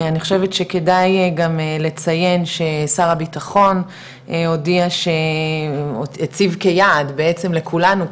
אני חושבת שכדאי גם לציין ששר הביטחון הודיע הציב כיעד בעצם לכולנו,